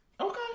Okay